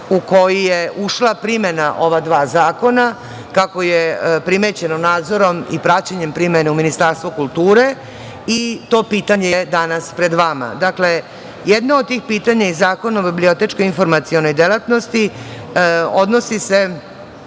u koji je ušla primena ova dva zakona, kako je primećeno nadzorom i praćenjem primene u Ministarstvu kulture i to pitanje je danas pred vama. Dakle, jedno od tih pitanja iz Zakona o bibliotečko-informacionoj delatnosti odnosi se